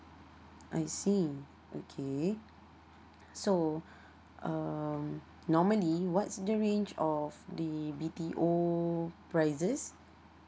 I see okay so um normally what's the range of the B_T_O prices